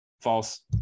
false